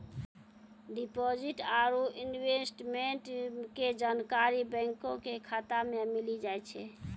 deposit आरू investment के जानकारी बैंको के शाखा मे मिली जाय छै